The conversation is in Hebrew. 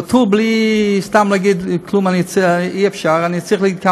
פטור בלי, אי-אפשר סתם בלי להגיד כלום.